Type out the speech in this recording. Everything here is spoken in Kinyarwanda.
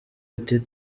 ati